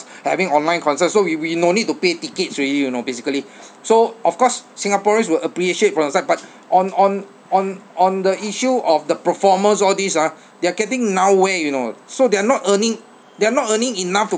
having online concert so we we no need to pay tickets already you know basically so of course singaporeans will appreciate from the side but on on on on the issue of the performers all these ah they are getting nowhere you know so they are not earning they are not earning enough to